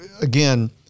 again